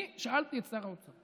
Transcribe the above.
אני שאלתי את שר האוצר.